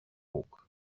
talk